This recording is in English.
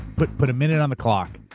put put a minute on the clock.